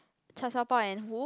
cha shao pao and who